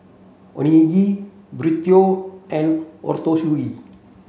Onigiri Burrito and Ootoro Sushi